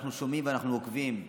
אנחנו שומעים ואנחנו עוקבים אחריה,